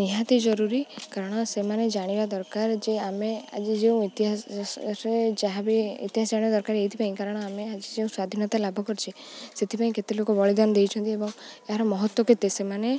ନିହାତି ଜରୁରୀ କାରଣ ସେମାନେ ଜାଣିବା ଦରକାର ଯେ ଆମେ ଆଜି ଯେଉଁ ଇତିହାସରେ ଯାହାବି ଇତିହାସ ଜାଣିବା ଦରକାର ଏଇଥିପାଇଁ କାରଣ ଆମେ ଆଜି ଯେଉଁ ସ୍ଵାଧୀନତା ଲାଭ କରିଛେ ସେଥିପାଇଁ କେତେ ଲୋକ ବଳିଦାନ ଦେଇଛନ୍ତି ଏବଂ ଏହାର ମହତ୍ଵ କେତେ ସେମାନେ